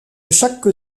chaque